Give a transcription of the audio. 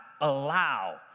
allow